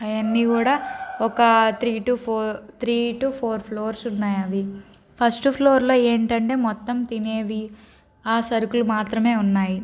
అవన్నీ కూడా ఒక three two four three two four floors ఉన్నాయి అవి ఫస్ట్ ఫ్లోర్ ఏంటంటే మొత్తం తినేవి ఆ సరుకులు మాత్రమే ఉన్నాయి